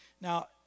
Now